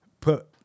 put